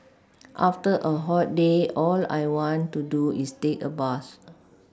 after a hot day all I want to do is take a bath